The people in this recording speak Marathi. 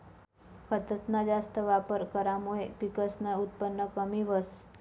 खतसना जास्त वापर करामुये पिकसनं उत्पन कमी व्हस